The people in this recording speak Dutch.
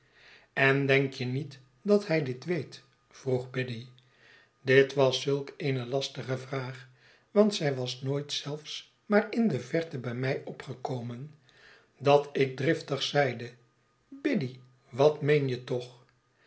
en denk je niet dat hij dit weet vroeg biddy dit was zulk eene lastige vraag want zij was nooit zelfs maar in de verte bij mij opgekomen dat ik driftig zeide biddy wat meen je toch